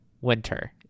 winter